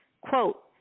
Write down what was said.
quote